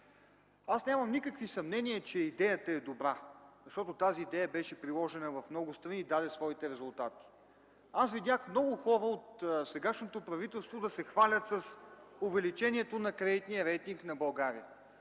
Аз нямам никакви съмнения, че идеята е добра, защото тази идея беше приложена в много страни и даде своите резултати. Аз видях много хора от сегашното правителство да се хвалят с увеличението на кредитния рейтинг на България,